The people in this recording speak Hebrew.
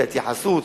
את ההתייחסות,